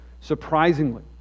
surprisingly